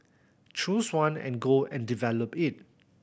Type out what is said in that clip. choose one and go and develop it